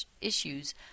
issues